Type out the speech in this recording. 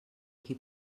qui